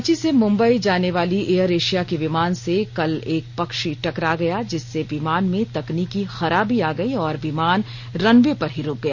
रांची से मुंबई जाने वाली एयर एशिया के विमान से कल एक पक्षी टकरा गया जिससे विमान में तकनीकी खराबी आ गयी और विमान रनवे पर ही रूक गया